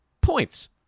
points